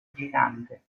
gigante